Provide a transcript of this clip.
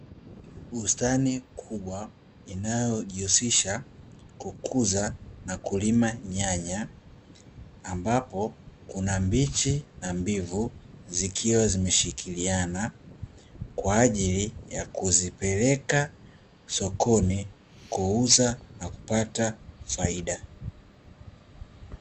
Bustani kubwa inayojihusisha kukuza na kulima nyanya ambapo, kuna mbichi na mbivu zikiwa zimeshikiliana kwa ajili ya kuzipeleka sokoni, kuuza na kupata faida.